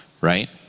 right